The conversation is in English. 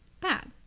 bad